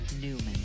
Newman